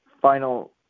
final